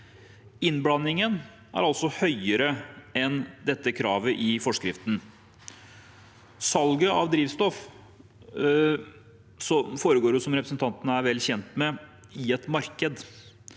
Innblandingen er altså høyere enn dette kravet i forskriften. Salget av drivstoff foregår, som representanten er vel kjent med, i et marked,